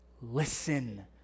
listen